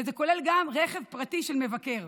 זה כולל גם רכב פרטי של מבקר.